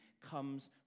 comes